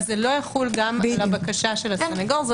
לא יחול על בקשת הסנגור.